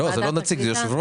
לא, זה לא נציג, זה יושב-ראש.